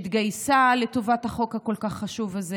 שהתגייסה לטובת החוק החשוב כל כך הזה.